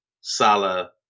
Salah